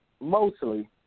mostly